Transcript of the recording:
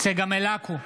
צגה מלקו,